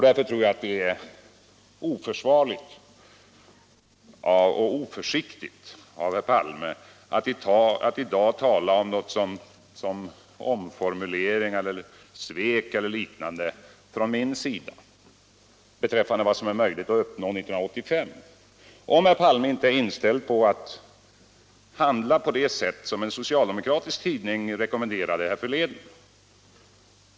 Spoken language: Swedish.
Därför tror jag att det är oförsvarligt och oförsiktigt av herr Palme att i dag tala om omformuleringar, svek eller liknande från min sida beträffande vad som är möjligt att uppnå 1985, såvida herr Palme inte är inställd på att handla på det sätt en socialdemokratisk tidning rekommenderade härförleden.